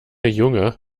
junge